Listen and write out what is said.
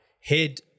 head